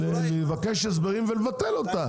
לבקש הסברים ולבטל אותה.